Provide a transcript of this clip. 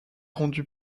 rendu